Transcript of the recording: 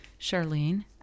Charlene